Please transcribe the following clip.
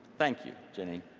thank you, gini.